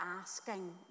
asking